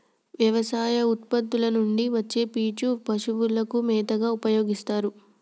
వ్యవసాయ ఉత్పత్తుల నుండి వచ్చే పీచు పశువుల మేతగా ఉపయోస్తారు